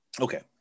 Okay